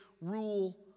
rule